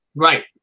Right